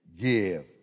give